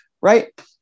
right